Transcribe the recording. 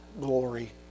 glory